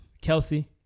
Kelsey